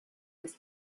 was